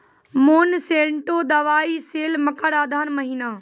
Monsanto दवाई sale मकर अघन महीना,